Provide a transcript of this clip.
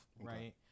right